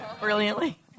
Brilliantly